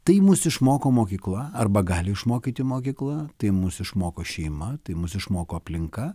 tai mus išmoko mokykla arba gali išmokyti mokykla tai mus išmoko šeima tai mus išmoko aplinka